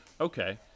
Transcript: okay